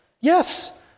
Yes